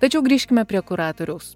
tačiau grįžkime prie kuratoriaus